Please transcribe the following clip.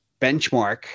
benchmark